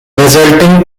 resulting